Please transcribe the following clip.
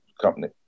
company